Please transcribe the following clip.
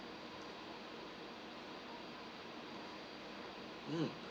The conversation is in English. mm